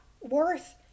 worth